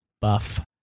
buff